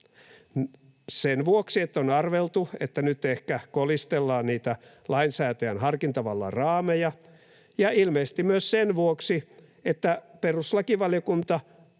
Sen vuoksi, että on arveltu, että nyt ehkä kolistellaan niitä lainsäätäjän harkintavallan raameja, ja ilmeisesti myös sen vuoksi, että perustuslakivaliokunta